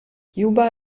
juba